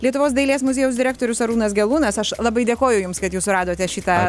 lietuvos dailės muziejaus direktorius arūnas gelūnas aš labai dėkoju jums kad jūs suradote šitą